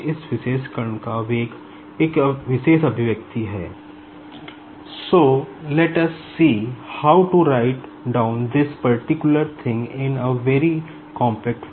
इस विशेष एक्सप्रेशन है